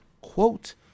quote